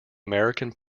american